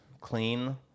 clean